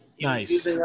Nice